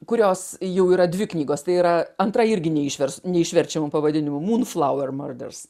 kurios jau yra dvi knygos tai yra antra irgi neišvers neišverčiamu pavadinimu moonflower murders